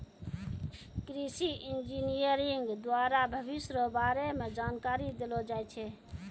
कृषि इंजीनियरिंग द्वारा भविष्य रो बारे मे जानकारी देलो जाय छै